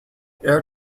air